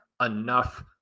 enough